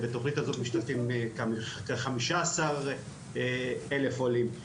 בתוכנית הזאת משתתפים כ-15 אלף עולים.